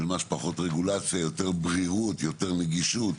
כמה שפחות רגולציה, יותר בהירות, יותר נגישות.